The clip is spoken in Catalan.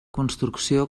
construcció